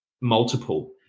multiple